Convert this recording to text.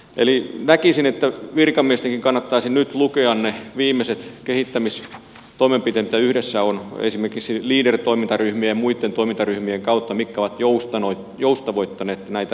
eli näkisin että virkamiestenkin kannattaisi nyt lukea ne viimeiset kehittämistoimenpiteet mitä yhdessä on tehty esimerkiksi leader toimintaryhmien ja muitten toimintaryhmien kautta mitkä ovat joustavoittaneet näitä toimintoja